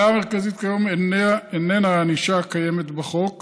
הבעיה המרכזית כיום איננה הענישה הקיימת בחוק